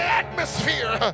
atmosphere